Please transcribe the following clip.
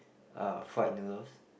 uh fried noodles